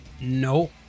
No